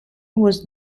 was